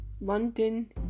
London